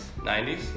90s